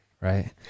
right